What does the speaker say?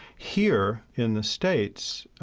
here in the states,